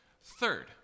third